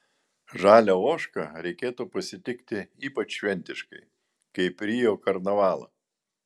žalią ožką reikėtų pasitikti ypač šventiškai kaip rio karnavalą